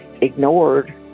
ignored